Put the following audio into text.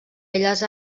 belles